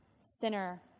sinner